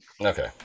okay